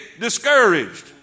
discouraged